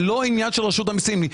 זה לא עניין של רשות המיסים.